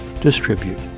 distribute